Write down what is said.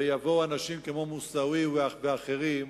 ויבואו אנשים כמו מוסאווי ואחרים,